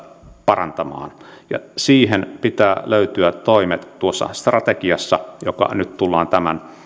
parantamaan ja siihen pitää löytyä toimet tuossa strategiassa joka tullaan tämän